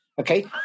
okay